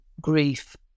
grief